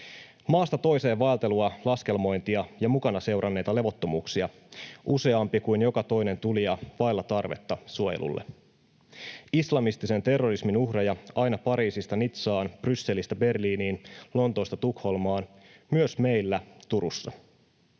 Maasta toiseen vaeltelua, laskelmointia ja mukana seuranneita levottomuuksia. Useampi kuin joka toinen tulija vailla tarvetta suojelulle. Islamistisen terrorismin uhreja aina Pariisista Nizzaan, Brysselistä Berliiniin, Lontoosta Tukholmaan, myös meillä Turussa.